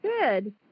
Good